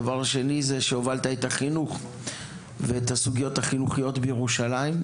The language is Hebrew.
דבר שני זה שהובלת את החינוך ואת הסוגיות החינוכיות בירושלים,